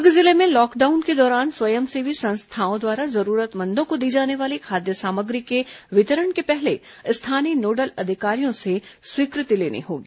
दूर्ग जिले में लॉकडाउन के दौरान स्वयंसेवी संस्थाओं द्वारा जरूरतमंदों को दी जाने वाली खाद्य सामग्री के वितरण के पहले स्थानीय नोडल अधिकारियों से स्वीकृति लेनी होगी